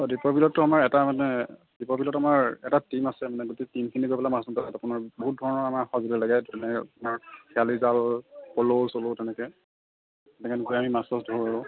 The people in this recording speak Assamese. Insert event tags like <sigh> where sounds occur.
অ' দিপৰ বিলতটো আমাৰ এটা মানে দিপৰ বিলত আমাৰ এটা টীম আছে মানে গোটে টীমখিনি গৈ মাছ ধৰে আপোনাৰ বহুত ধৰণৰ আপোনাৰ সজুলি লাগে যেনে <unintelligible> জাল পলৌ চলৌ তেনেকৈ <unintelligible> মাছ চাছ ধৰোঁ আৰু